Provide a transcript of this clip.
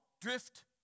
drift